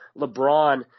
LeBron